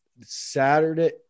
Saturday